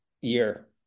year